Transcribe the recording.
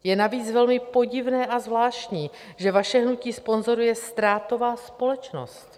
Je navíc velmi podivné a zvláštní, že vaše hnutí sponzoruje ztrátová společnost.